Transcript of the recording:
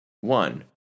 One